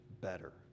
better